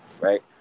right